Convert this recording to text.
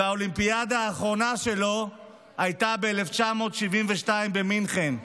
והאולימפיאדה האחרונה שלו הייתה ב-1972, במינכן,